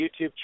YouTube